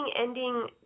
ending